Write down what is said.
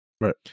Right